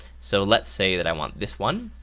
so lets say that i want this one.